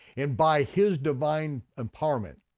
and by his divine empowerment,